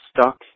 stuck